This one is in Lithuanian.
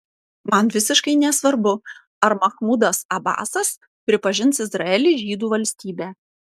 man visiškai nesvarbu ar machmudas abasas pripažins izraelį žydų valstybe